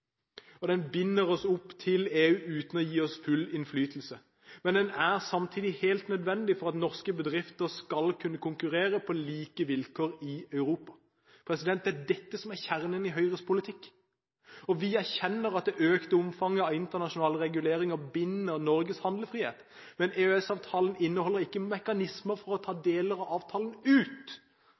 gi oss full innflytelse, men den er samtidig helt nødvendig for at norske bedrifter skal kunne konkurrere på like vilkår i Europa. Det er dette som er kjernen i Høyres politikk. Vi erkjenner at det økte omfanget av internasjonale reguleringer binder Norges handlefrihet, men EØS-avtalen inneholder ikke mekanismer for å ta deler av avtalen ut,